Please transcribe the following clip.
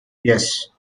yes